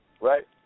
right